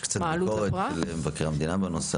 יש קצת ביקורת למבקר המדינה בנושא,